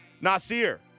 Nasir